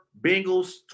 Bengals